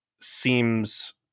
seems